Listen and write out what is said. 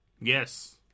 yes